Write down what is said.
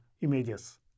images